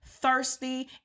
thirsty